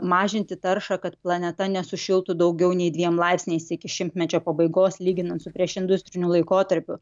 mažinti taršą kad planeta nesušiltų daugiau nei dviem laipsniais iki šimtmečio pabaigos lyginant su priešindustriniu laikotarpiu